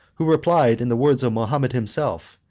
who replied in the words of mahomet himself,